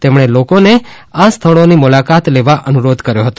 તેમણે લોકોને આ સ્થળોની મુલાકાત લેવા અનુરોધ કર્યો હતો